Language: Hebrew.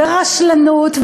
ברשלנות,